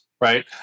right